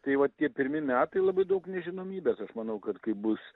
tai va tie pirmi metai labai daug nežinomybės aš manau kad kai bus